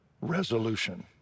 resolution